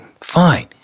fine